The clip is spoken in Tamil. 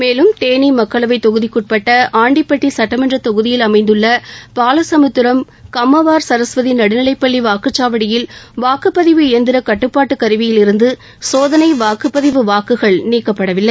மேலும் தேனி மக்களவைத்தொகுதிக்குட்பட்ட ஆண்டிபட்டி சுட்டமன்ற தொகுதியில் அமைந்துள்ள பாலசமுத்திரம் கம்மவார் சரஸ்வதி நடுநிலைப்பள்ளி வாக்குச்சாவடியில் வாக்குப்பதிவு இயந்திர கட்டுப்பாட்டு கருவியிலிருந்து சோதனை வாக்குப்பதிவு வாக்குகள் நீக்கப்படவில்லை